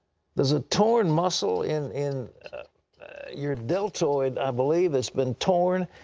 there's a torn muscle in in your deltoid, i believe. it's been torn.